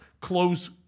close